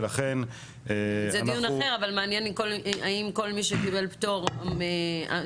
ולכן אנחנו --- זה דיון אחר אבל מעניין האם כל מי שקיבל פטור משירות,